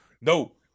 no